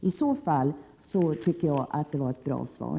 I så fall tycker jag att detta var ett bra svar.